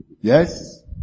Yes